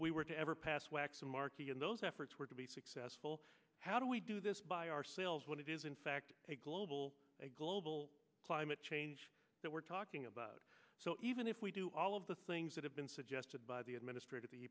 we were to ever pass waxen markey and those efforts were to be successful how do we do this by ourselves when it is in fact a global a global climate change that we're talking about so even if we do all of the things that have been suggested by the administrat